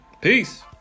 Peace